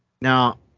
Now